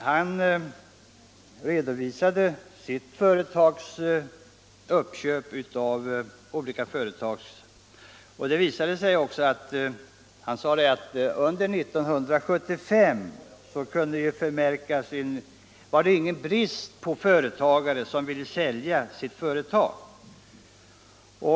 Denne redovisade då sitt företags inköp av olika bolag. Han sade att det under 1975 inte var någon brist på företagare som ville sälja sin firma.